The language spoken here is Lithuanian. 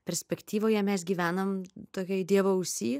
perspektyvoje mes gyvenam tokioj dievo ausy